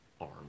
arm